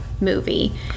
movie